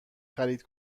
خرید